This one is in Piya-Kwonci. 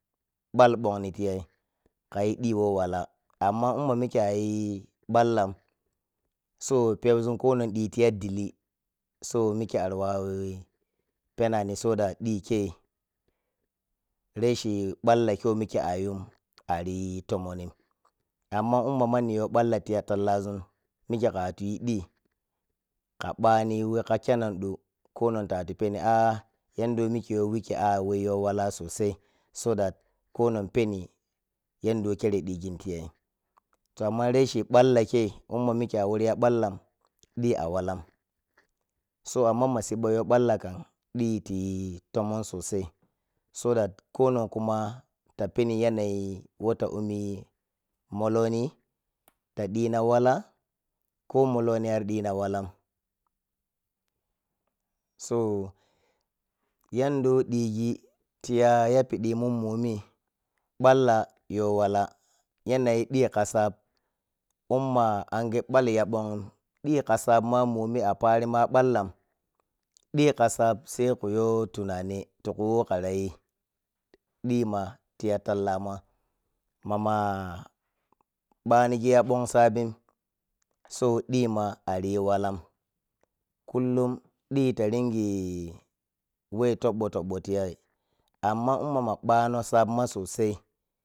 Ball bongni tiyay kayi ɗhi who wala amman umma mike ayi ballan so pep zun konon ɗhi tiya dili so mike ari wawuyi penani so that ɗhi kei rashi ballakei who mike ayun ariyi tomonna amma umma mano yo bani whe ka khenando ko non ta ta watu peni ah, yanda who mike yowikei yowala sosai so dat koonon peni yadda whe keron ɗhigin tiyay hoh amma rashi balla kei umma mike awaru ya ballan ɗhi awalan so amma ma sibba yo ballakam ɗhi tiyi tomon walama sosai so dat ko non kuma ta peni yanayi who ummi moloni ta ɗhina wala ko molono ari ɗhina wallan so yaɗɗa who ɗhigi tiya yapidimun mbomi balla yowala yanayi ɗhi ka sap umma cinge bali yabonghi ɗhi ka sap ma momi aparimaballan ɗhi ka sap sai kkhuyo tunane tiku who khirayi ɗhima tiua talllama ma mah banigi ya bong sabin so ɗhima ariyi walan kullum ɗhi ta ringi whe toɓɓo-toɓɓo- ti yay amma umma ma no saɓma sossai.